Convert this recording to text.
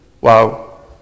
Wow